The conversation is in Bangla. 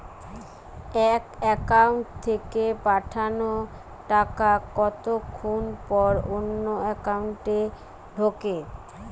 এক একাউন্ট থেকে পাঠানো টাকা কতক্ষন পর অন্য একাউন্টে ঢোকে?